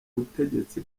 butegetsi